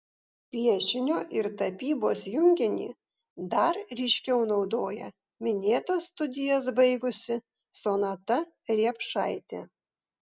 piešinio ir tapybos junginį dar ryškiau naudoja minėtas studijas baigusi sonata riepšaitė